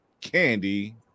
Candy